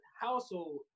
household